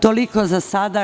Toliko za sada.